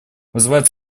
вызывает